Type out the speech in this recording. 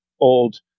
old